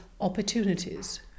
opportunities